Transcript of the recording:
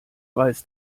weiß